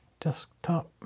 Desktop